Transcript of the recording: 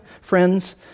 friends